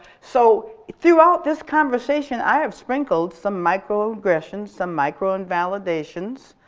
so throughout this conversation, i have sprinkled some microaggressions, some microinvalidations.